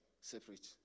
Separate